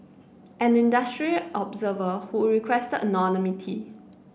an industry observer who requested anonymity